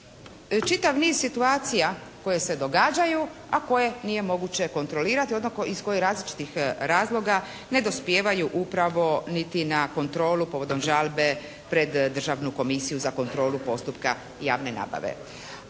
čitav niz situacija koje se događaju a koje nije moguće kontrolirati, dakako iz kojih različitih razloga ne dospijevaju upravo niti na kontrolu povodom žalbe pred Državnu komisiju za kontrolu postupka javne nabave.